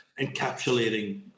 encapsulating